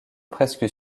presque